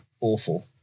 Awful